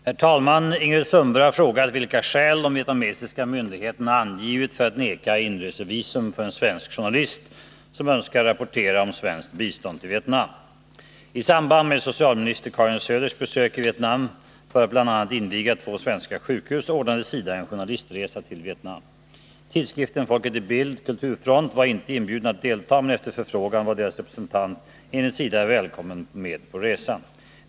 Herr talman! Ingrid Sundberg har frågat vilka skäl de vietnamesiska myndigheterna angivit för att neka inresevisum för en svensk journalist som önskar rapportera om svenskt bistånd till Vietnam. I samband med socialminister Karin Söders besök i Vietnam för att bl.a. inviga två svenska sjukhus ordnade SIDA en journalistresa till Vietnam. Tidskriften Folket i Bild kulturfront var inte inbjuden att delta, men efter förfrågan var deras representant enligt SIDA välkommen med på resan.